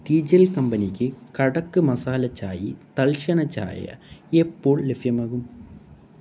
T G L കമ്പനിക്ക് കടക് മസാല ചായ് തൽക്ഷണ ചായ എപ്പോൾ ലഭ്യമാകും